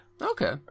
okay